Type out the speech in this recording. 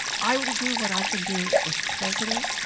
i will do what i can do as president,